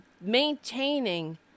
maintaining